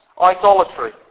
idolatry